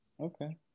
okay